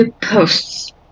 Post's